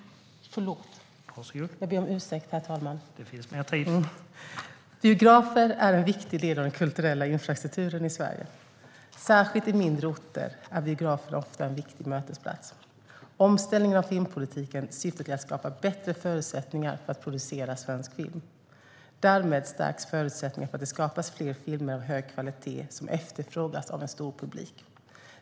Biografer är en viktig del av den kulturella infrastrukturen i Sverige. Särskilt i mindre orter är biografer ofta en viktig mötesplats. Omställningen av filmpolitiken syftar till att skapa bättre förutsättningar att producera svensk film. Därmed stärks förutsättningarna för att det skapas fler filmer av hög kvalitet som efterfrågas av en stor publik.